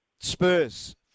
Spurs